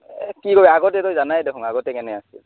কি কৰে আগতেতো তই জানাই দেখোন আগতে কেনে আছিল